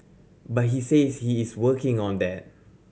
but he says he is working on that